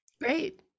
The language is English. Great